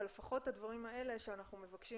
אבל לפחות הדברים האלה שאנחנו מבקשים